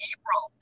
April